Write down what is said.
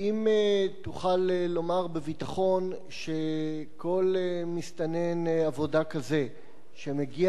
האם תוכל לומר בביטחון שכל מסתנן עבודה כזה שמגיע